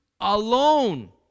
alone